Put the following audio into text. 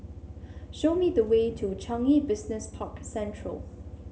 show me the way to Changi Business Park Central